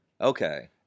okay